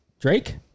Drake